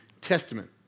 Testament